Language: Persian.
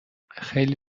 خیلی